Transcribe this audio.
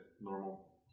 normal